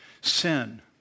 Sin